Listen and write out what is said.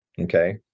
okay